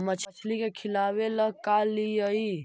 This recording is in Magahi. मछली के खिलाबे ल का लिअइ?